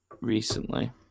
recently